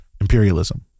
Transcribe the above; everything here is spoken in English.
imperialism